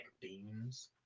beans